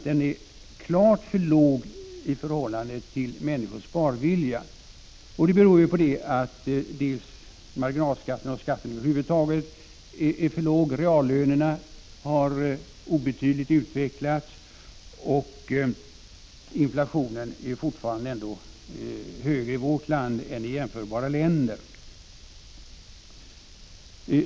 Den är klart för låg för att stimulera människors sparvilja, och det beror på att marginalskatterna och skatterna över huvud taget är för höga, reallönerna har utvecklats obetydligt och inflationen ändå fortfarande är högre i vårt land än i jämförbara länder.